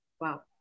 Wow